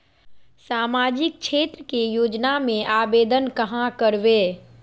सामाजिक क्षेत्र के योजना में आवेदन कहाँ करवे?